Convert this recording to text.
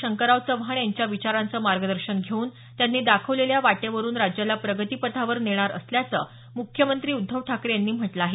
शंकरराव चव्हाण यांच्या विचारांचं मार्गदर्शन घेऊन त्यांनी दाखवलेल्या वाटेवरून राज्याला प्रगतीपथावर नेणार असल्याचं मुख्यमंत्री उद्धव ठाकरे यांनी म्हटलं आहे